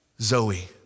Zoe